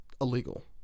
illegal